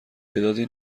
تعدادی